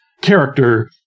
character